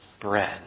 bread